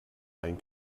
ein